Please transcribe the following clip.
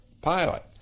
pilot